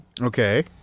Okay